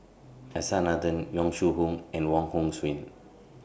S R Nathan Yong Shu Hoong and Wong Hong Suen